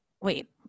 wait